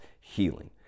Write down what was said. healing